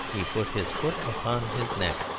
he put his foot upon his neck.